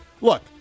look